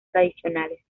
tradicionales